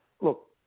look